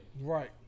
Right